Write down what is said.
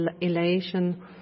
elation